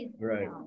Right